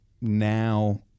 now